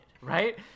right